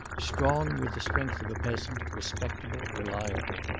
strong with the strength of a peasant, respectable, reliable.